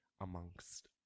amongst